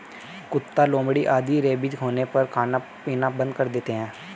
कुत्ता, लोमड़ी आदि रेबीज होने पर खाना पीना बंद कर देते हैं